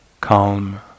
calm